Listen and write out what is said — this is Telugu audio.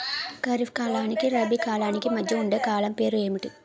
ఖరిఫ్ కాలానికి రబీ కాలానికి మధ్య ఉండే కాలం పేరు ఏమిటి?